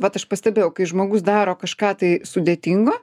vat aš pastebėjau kai žmogus daro kažką tai sudėtingo